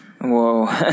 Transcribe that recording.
Whoa